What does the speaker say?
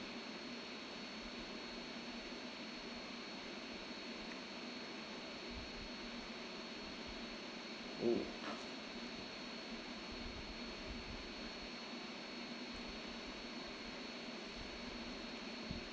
oh